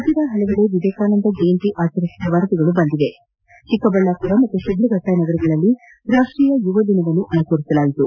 ರಾಜ್ಞದ ಹಲವೆಡೆ ವಿವೇಕಾನಂದ ಜಯಂತಿ ಆಚರಿಸಿದ ವರದಿಗಳು ಬಂದಿವೆ ಚಿಕ್ಕಬಳ್ಣಾಪುರ ಮತ್ತು ಶಿಡ್ಲಘಟ್ಟ ನಗರಗಳಲ್ಲಿ ರಾಷ್ಷೀಯ ಯುವ ದಿನವನ್ನು ಆಚರಿಸಲಾಯಿತು